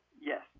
Yes